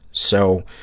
so,